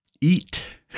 eat